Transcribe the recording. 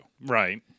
Right